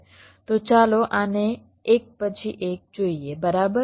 તો ચાલો આને એક પછી એક જોઈએ બરાબર